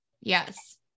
Yes